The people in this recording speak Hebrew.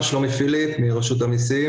רשות המסים